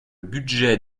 budget